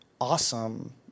awesome